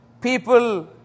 people